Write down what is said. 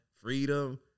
freedom